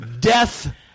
Death